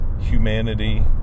humanity